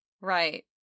Right